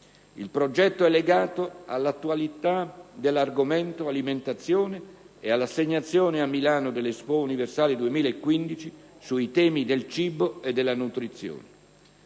Il Progetto è legato all'attualità dell'argomento alimentazione e all'assegnazione a Milano dell'EXPO Universale 2015 sui temi del cibo e della nutrizione.